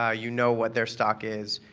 ah you know what their stock is.